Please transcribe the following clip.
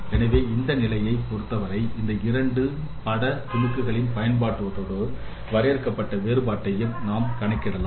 எனவே இந்த நிலையை பொருத்தவரை இந்த இரண்டு பட துணுக்குகளையும் பயன்படுத்துவதோடு வரையறுக்கப்பட்ட வேறுபாடுகளையும் நாம் கணக்கிடலாம்